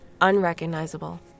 unrecognizable